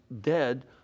dead